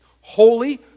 holy